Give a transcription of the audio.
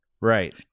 right